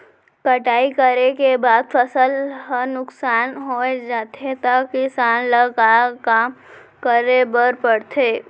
कटाई करे के बाद फसल ह नुकसान हो जाथे त किसान ल का करे बर पढ़थे?